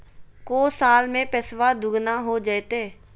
को साल में पैसबा दुगना हो जयते?